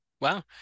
Wow